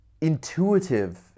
intuitive